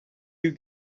you